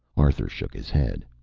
arthur shook his head.